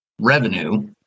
revenue